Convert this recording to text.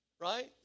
right